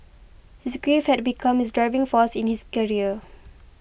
his grief had become his driving force in his career